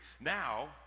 Now